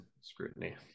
scrutiny